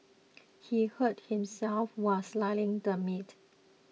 he hurt himself while slicing the meat